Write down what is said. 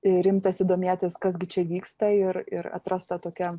ir imtasi domėtis kas gi čia vyksta ir ir atrasta tokia